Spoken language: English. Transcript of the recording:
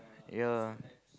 yeah